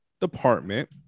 department